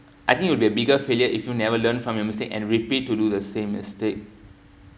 I think you would be a bigger failure if you never learn from your mistake and repeat to do the same mistake